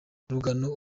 rugano